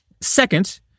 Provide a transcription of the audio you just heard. Second